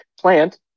plant